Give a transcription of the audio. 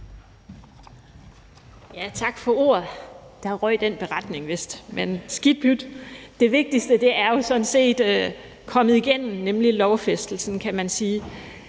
Tak for ordet. Der røg den beretning vist, men skidt pyt, det vigtigste er jo sådan set kommet igennem, nemlig lovfæstelsen, kan man sige.